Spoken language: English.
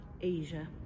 Asia